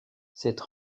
cette